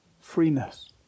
freeness